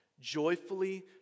joyfully